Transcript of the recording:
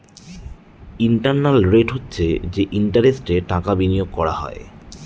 internal rate হচ্ছে যে ইন্টারেস্টে টাকা বিনিয়োগ করা হয়